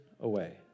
away